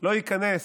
לא ייכנס